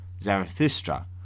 Zarathustra